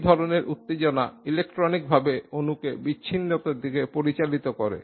এই ধরনের উত্তেজনা ইলেক্ট্রনিকভাবে অণুকে বিচ্ছিন্নতার দিকে পরিচালিত করে